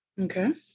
Okay